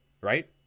Right